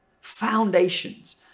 foundations